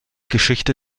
geschichte